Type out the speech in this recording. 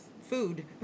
food